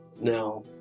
Now